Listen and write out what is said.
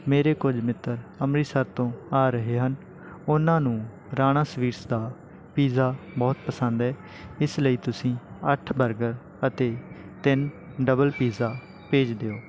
ਮੇਰੇ ਕੁਝ ਮਿੱਤਰ ਅੰਮ੍ਰਿਤਸਰ ਤੋਂ ਆ ਰਹੇ ਹਨ ਉਹਨਾਂ ਨੂੰ ਰਾਣਾ ਸਵੀਟਸ ਦਾ ਪਿੱਜ਼ਾ ਬਹੁਤ ਪਸੰਦ ਹੈ ਇਸ ਲਈ ਤੁਸੀਂ ਅੱਠ ਬਰਗਰ ਅਤੇ ਤਿੰਨ ਡਬਲ ਪੀਜ਼ਾ ਭੇਜ ਦਿਓ